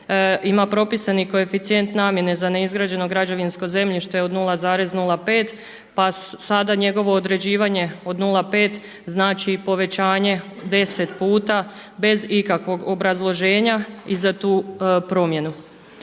ima propisani koeficijent namjene za neizgrađeno građevinsko zemljište od 0,05 pa sada njegovo određivanje od 0,5 znači povećanje deset puta bez ikakvog obrazloženja za tu promjenu.